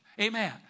Amen